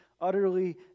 utterly